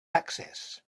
access